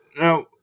now